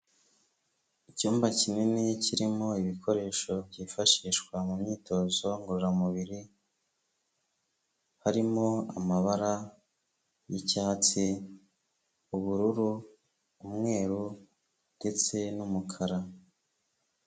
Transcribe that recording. Icyumba kinini kirimo ibikoresho byifashishwa mu myitozo ngororamubiri harimo amabara yicyatsi ubururu umweru ndetse n'umukara.